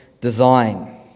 design